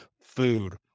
food